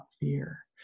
fear